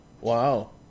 Wow